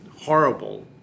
horrible